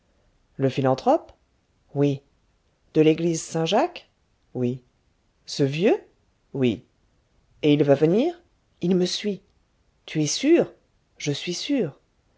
le philanthrope oui de l'église saint-jacques oui ce vieux oui et il va venir il me suit tu es sûre je suis sûre